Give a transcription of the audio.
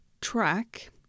track